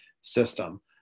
system